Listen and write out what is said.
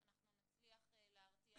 אנחנו נצליח להרתיע,